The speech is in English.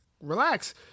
relax